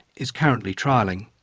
is currently trialling.